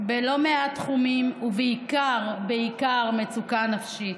בלא מעט תחומים, ובעיקר, בעיקר, מצוקה נפשית.